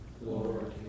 Lord